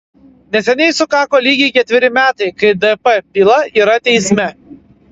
neseniai sukako lygiai ketveri metai kai dp byla yra teisme